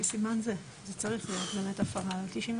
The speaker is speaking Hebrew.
את אומרת שזה יהיה רק למזון רגיש.